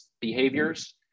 behaviors